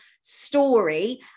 story